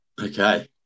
Okay